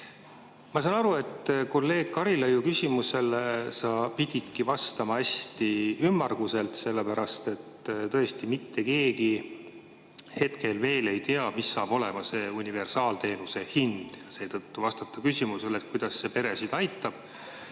Ma saan aru, et kolleeg Karilaidi küsimusele sa pididki vastama hästi ümmarguselt, sellepärast et tõesti mitte keegi hetkel veel ei tea, mis saab olema universaalteenuse hind. Seetõttu täpselt vastata küsimusele, kuidas see peresid aitab,